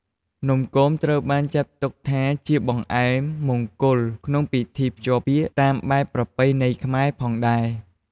នំគមត្រូវបានចាត់ទុកថាជាបង្អែមមង្គលក្នុងពិធីភ្ជាប់ពាក្យតាមបែបប្រពៃណីខ្មែរផងដែរ។